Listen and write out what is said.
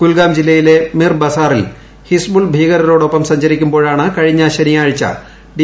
കുൽഗാം ജില്ലയിലെ മിർബാസാറിൽ ഹിസ്ബുൾ ഭീകരരോടൊപ്പം സഞ്ചരിക്കുമ്പോഴാണ് കഴിഞ്ഞ ശനിയാഴ്ച ഡി